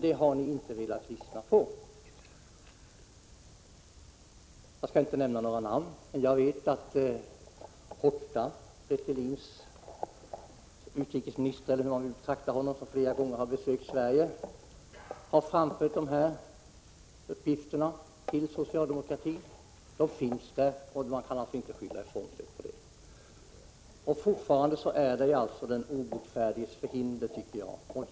Det har ni inte velat lyssna på. Jag skall inte nämna några namn, men jag vet att Hortha, Fretilins ”utrikesminister”, som flera gånger har besökt Sverige, har framfört dessa uppgifter till socialdemokratin. Man kan alltså inte skylla ifrån sig på det. Det är alltså den obotfärdiges förhinder, tycker jag.